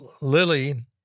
lily